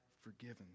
forgiven